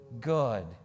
good